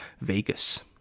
Vegas